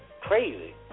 crazy